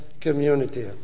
community